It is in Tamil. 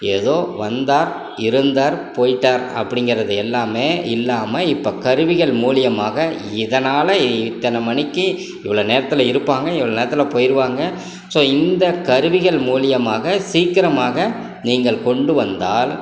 ஏதோ வந்தார் இருந்தார் போய்ட்டார் அப்படிங்கிறது எல்லாம் இல்லாமல் இப்போ கருவிகள் மூலியமாக இதனால் இத்தனை மணிக்கு இவ்வளவு நேரத்தில் இருப்பாங்க இவ்வளவு நேரத்தில் போயிடுவாங்க ஸோ இந்தக் கருவிகள் மூலியமாக சீக்கிரமாக நீங்கள் கொண்டு வந்தால்